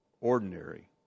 ordinary